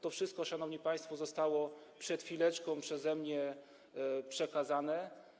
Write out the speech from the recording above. To wszystko, szanowni państwo, zostało przed chwileczką przeze mnie przekazane.